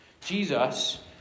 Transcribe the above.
Jesus